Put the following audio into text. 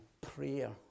prayer